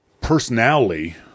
personality